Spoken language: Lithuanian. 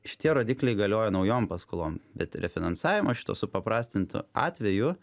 šitie rodikliai galioja naujom paskolom bet refinansavimas šito supaprastintu atveju